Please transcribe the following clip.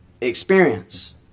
experience